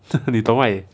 你懂 right